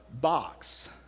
box